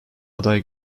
aday